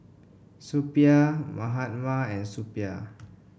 Suppiah Mahatma and Suppiah